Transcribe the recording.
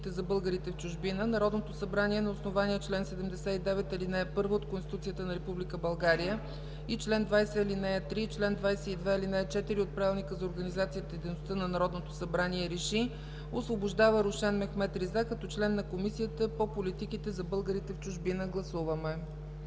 за българите в чужбина Народното събрание на основание чл. 79, ал. 1 от Конституцията на Република България и чл. 20, ал. 3 и чл. 22, ал. 4 от Правилника за организацията и дейността на Народното събрание РЕШИ: Освобождава Рушен Мехмед Риза като член на Комисията по политиките за българите в чужбина.” Гласуваме.